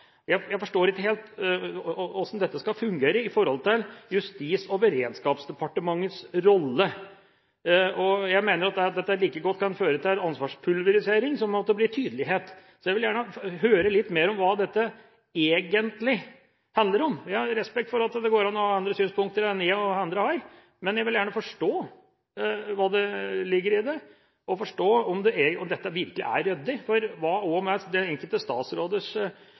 Jeg forstår ikke helt hvordan dette skal fungere med tanke på Justis- og beredskapsdepartementets rolle. Jeg mener at dette like godt kan føre til ansvarspulverisering som til tydelighet. Så jeg vil gjerne høre litt mer om hva dette egentlig handler om. Jeg har respekt for at det går an å ha andre synspunkter enn jeg og andre har, men jeg vil gjerne forstå hva som ligger i det, om dette virkelig er ryddig. For hva med de enkelte statsråders ansvar overfor Stortinget hvis det er en sånn superbyråkrat som skal sitte på Statsministerens kontor og